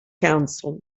council